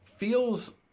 feels